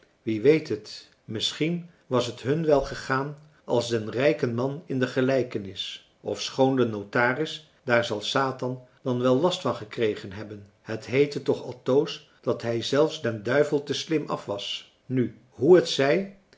wie weet het misschien was het hun wel gegaan als den rijken man in de gelijkenis ofschoon de notaris daar zal satan dan wel last van gekregen hebben het heette toch altoos dat hij zelfs den duivel te slim af was nu hoe het zij